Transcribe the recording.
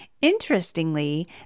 Interestingly